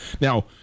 Now